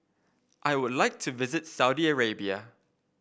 I would like to visit Saudi Arabia